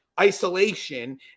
isolation